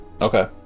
Okay